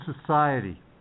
Society